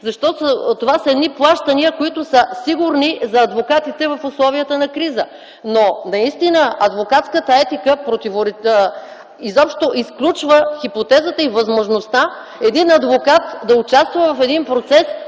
защото това са едни плащания, които са сигурни за адвокатите в условията на криза. Но наистина адвокатската етика изобщо изключва хипотезата и възможността един адвокат да участва в даден процес